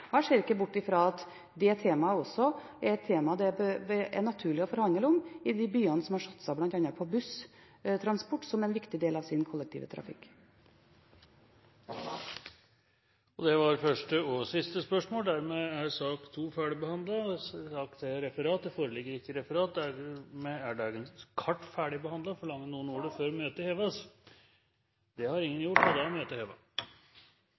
Jeg ser ikke bort fra at dette er et tema det er naturlig å forhandle om med de byene som har satset på bl.a. busstransport som en viktig del av sin kollektivtrafikk. Sak nr. 2 er dermed ferdigbehandlet. Det foreligger ikke noe referat. Dermed er dagens kart ferdigbehandlet. Forlanger noen ordet før møtet heves? – Møtet